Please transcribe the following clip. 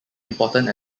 important